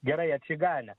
gerai atsiganę